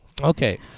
Okay